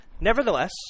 Nevertheless